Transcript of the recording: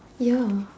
ya